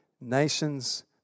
nations